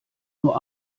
nur